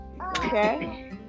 Okay